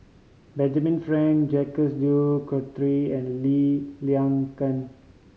Benjamin Frank Jacques De Coutre and Lee Liang